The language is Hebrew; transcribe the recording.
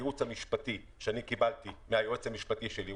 הייעוץ המשפטי שקיבלתי מהיועץ המשפטי שלי,